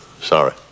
sorry